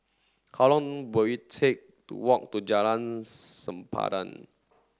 how long will it take to walk to Jalan Sempadan